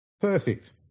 Perfect